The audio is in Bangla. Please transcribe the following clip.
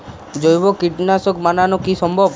জৈব কীটনাশক বানানো কি সম্ভব?